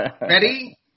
Ready